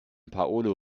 paolo